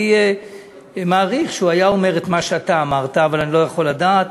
אני מעריך שהוא היה אומר את מה שאתה אמרת אבל אני לא יכול לדעת.